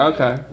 Okay